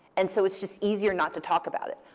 and so it's just easier not to talk about it.